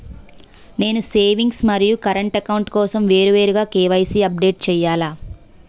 నేను సేవింగ్స్ మరియు current account కోసం వేరువేరుగా కే.వై.సీ అప్డేట్ చేయాలా?